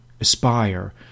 aspire